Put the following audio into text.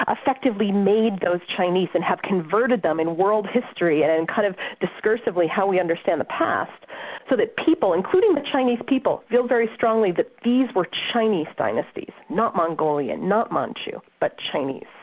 ah effectively made those chinese and have converted them in world history and and kind of discursively how we understand the past, so that people, including the chinese people, feel very strongly that these were chinese dynasties, not mongolian, not manchu, but chinese.